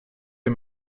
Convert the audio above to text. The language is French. les